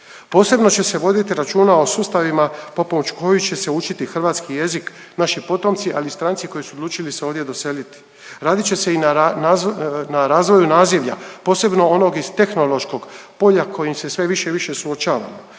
Posebno će se voditi računa o sustavima pomoću kojih će se učiti hrvatski jezik, naši potomci ali stranci koji su odlučili se ovdje doseliti. Radit će se i na razvoju nazivlja, posebno onog iz tehnološkog polja kojim se sve više i više suočavamo.